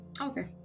Okay